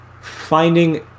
finding